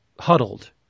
huddled